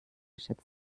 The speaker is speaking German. schätzt